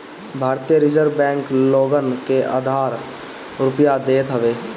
भारतीय reserve bank लोगन के उधार रुपिया देत हवे